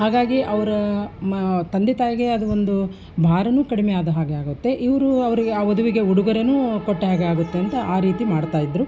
ಹಾಗಾಗಿ ಅವರ ಮ ತಂದೆ ತಾಯಿಗೆ ಅದು ಒಂದು ಭಾರನೂ ಕಡಿಮೆ ಆದ ಹಾಗೆ ಆಗುತ್ತೆ ಇವರು ಅವರಿಗೆ ಆ ವಧುವಿಗೆ ಉಡುಗೊರೆನೂ ಕೊಟ್ಟ ಹಾಗೆ ಆಗುತ್ತೆ ಅಂತ ಆ ರೀತಿ ಮಾಡ್ತಾ ಇದ್ದರು